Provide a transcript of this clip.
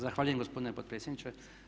Zahvaljujem gospodine potpredsjedniče.